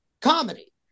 comedy